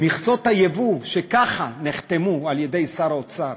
מכסות היבוא שככה נחתמו על-ידי שר האוצר